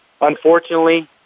unfortunately